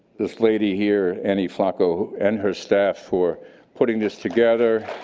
this lady here, annie flocco, and her staff for putting this together.